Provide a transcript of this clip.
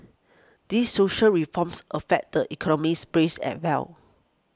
these social reforms affect the economies braise as well